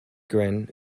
grin